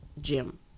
gym